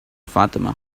fatima